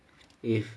if